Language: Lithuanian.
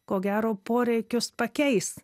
ko gero poreikius pakeis